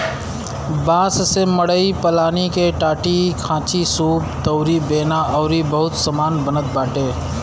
बांस से मड़ई पलानी के टाटीखांचीसूप दउरी बेना अउरी बहुते सामान बनत बाटे